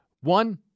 One